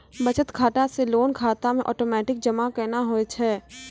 बचत खाता से लोन खाता मे ओटोमेटिक जमा केना होय छै?